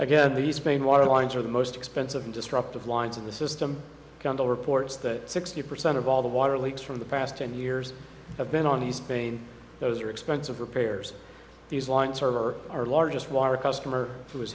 again these main water lines are the most expensive and destructive lines in the system the reports that sixty percent of all the water leaks from the past ten years have been on these pain those are expensive repairs these lines her our largest water customer who is